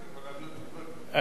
התשובה בדרך?